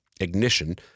ignition